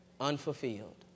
Unfulfilled